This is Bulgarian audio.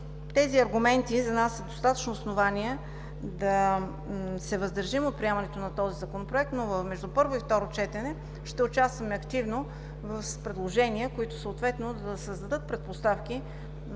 тези аргументи за нас са достатъчно основание да се въздържим от приемането на този Законопроект, но между първо и второ четене ще участваме активно в предложения, които съответно да създадат предпоставки